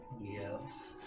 Yes